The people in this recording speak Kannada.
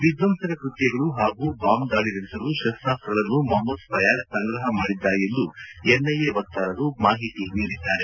ವಿಧ್ವಂಸಕ ಕೃತ್ಯಗಳು ಹಾಗೂ ಬಾಂಬ್ ದಾಳಿ ನಡೆಸಲು ಶಸ್ತಾಸ್ತಗಳನ್ನು ಮೊಹಮದ್ ಫಯಾಜ್ ಸಂಗ್ರಹ ಮಾಡಿದ್ದ ಎಂದು ಎನ್ಐಎ ವಕ್ತಾರರು ಮಾಹಿತಿ ನೀಡಿದ್ದಾರೆ